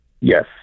yes